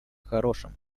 хорошем